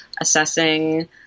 assessing